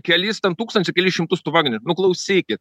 kelis ten tūkstančius ar kelis šimtus tų vagnerių nu klausykit